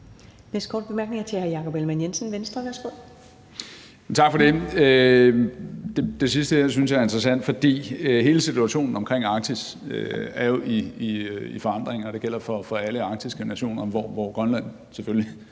næste korte bemærkning er til hr. Jakob Ellemann-Jensen, Venstre. Værsgo. Kl. 15:52 Jakob Ellemann-Jensen (V): Tak for det. Det sidste synes jeg er interessant, fordi hele situationen omkring Arktis jo er i forandring, og det gælder for alle arktiske nationer, hvor Grønland selvfølgelig